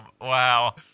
Wow